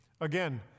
Again